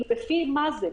לפי מה זה?